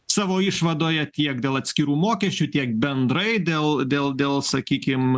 savo išvadoje tiek dėl atskirų mokesčių tiek bendrai dėl dėl dėl sakykim